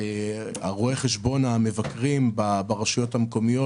רואי החשבון המבקרים ברשויות המקומיות.